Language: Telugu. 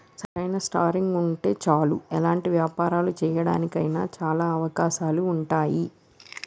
సరైన స్టార్టింగ్ ఉంటే చాలు ఎలాంటి వ్యాపారాలు చేయడానికి అయినా చాలా అవకాశాలు ఉంటాయి